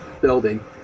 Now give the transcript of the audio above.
building